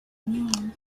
mean